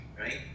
right